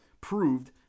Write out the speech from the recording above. proved